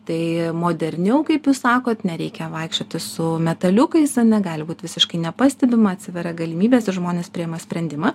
tai moderniau kaip jūs sakot nereikia vaikščioti su metaliukais ar ne gali būti visiškai nepastebima atsiveria galimybės ir žmonės priima sprendimą